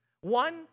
One